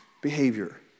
behavior